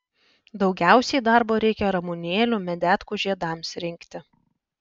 daugiausiai darbo reikia ramunėlių medetkų žiedams rinkti